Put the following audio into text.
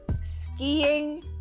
skiing